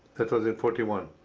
that was in forty one?